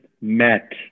met